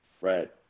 Right